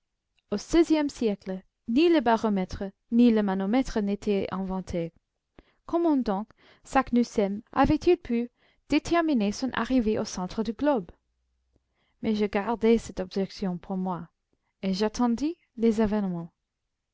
au seizième siècle ni le baromètre ni le manomètre n'étaient inventés comment donc saknussemm avait-il pu déterminer son arrivée au centre du globe mais je gardai cette objection pour moi et j'attendis les événements